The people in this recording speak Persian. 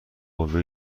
قوه